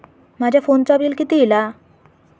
माझ्या फोनचा बिल किती इला?